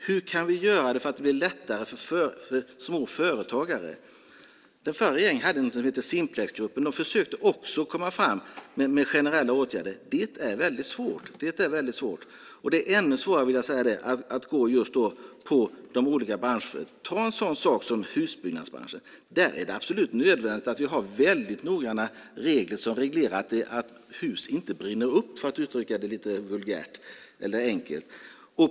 Hur kan vi göra det lättare för småföretagare? Den förra regeringen hade något som hette Simplexgruppen som också försökte komma fram med generella åtgärder. Det är väldigt svårt. Och det är ännu svårare, vill jag säga, att gå just på de olika branscherna. Ta en sådan sak som husbyggnadsbranschen. Där är det absolut nödvändigt att vi har väldigt noggranna regler som reglerar att hus inte brinner upp, för att uttrycka det lite enkelt.